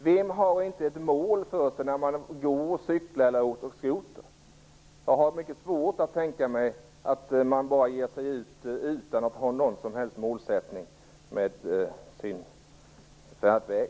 Vem har inte ett mål när man går, cyklar eller åker skoter? Jag har mycket svårt att tänka mig att man bara ger sig ut utan att ha någon som helst målsättning med sin färdväg.